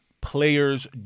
players